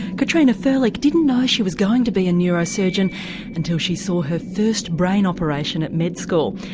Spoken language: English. katrina firlik didn't know she was going to be a neurosurgeon until she saw her first brain operation at med school.